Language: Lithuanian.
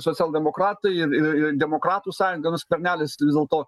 socialdemokratai ir ir ir demokratų sąjunga nu skvernelis vis dėlto